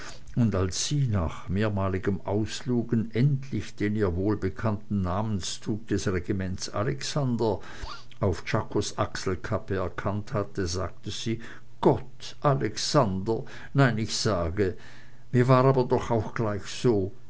und als sie nach mehrmaligem auslugen endlich den ihr wohlbekannten namenszug des regiments alexander auf czakos achselklappe erkannt hatte sagte sie gott alexander nein ich sage mir war aber doch auch gleich so